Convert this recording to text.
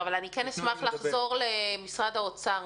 אשמח לחזור לנציג משרד האוצר.